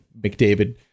McDavid